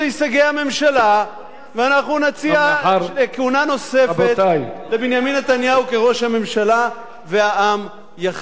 הממשלה ואנחנו נציע כהונה נוספת לבנימין נתניהו כראש הממשלה והעם יכריע.